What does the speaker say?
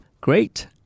Great